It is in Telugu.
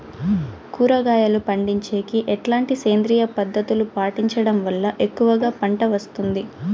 కూరగాయలు పండించేకి ఎట్లాంటి సేంద్రియ పద్ధతులు పాటించడం వల్ల ఎక్కువగా పంట వస్తుంది?